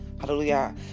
hallelujah